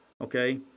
okay